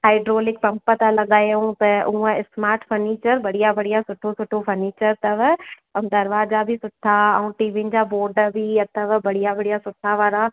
hydraulic pump था लॻायूं पिया हुंअ स्माट फर्निचर बढ़िया सुठो सुठो फर्निचर अथव ऐं दरवाजा बि सुठा ऐं टीवियुनि जा बोड बि अथव बढ़िया बढ़िया सुठा वारा